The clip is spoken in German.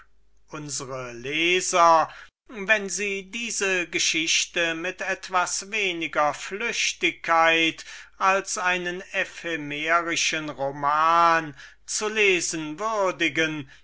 unsere leser werden wenn sie diese geschichte mit etwas weniger flüchtigkeit als einen französischen roman du jour zu lesen würdigen